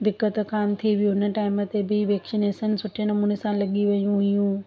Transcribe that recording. दिक़त कान थी वियो हुन टाइम ते बि वैक्सीनेशन सुठे नमूने सां लॻी वयूं हुयूं